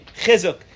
chizuk